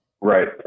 Right